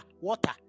water